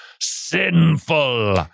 sinful